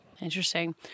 interesting